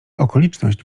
okoliczność